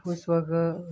ਉਸ ਵਕਤ